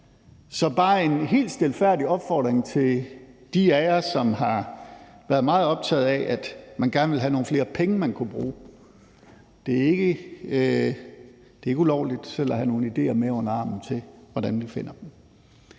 er bare en helt stilfærdig opfordring til dem af jer, som har været meget optagede af, at man gerne vil have nogle flere penge, man kunne bruge. Det er ikke ulovligt selv at have nogle idéer med under armen til, hvordan vi finder dem.